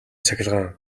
цахилгаан